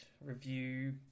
review